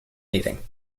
meeting